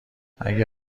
اگه